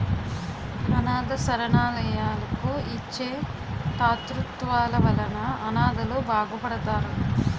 అనాధ శరణాలయాలకు ఇచ్చే తాతృత్వాల వలన అనాధలు బాగుపడతారు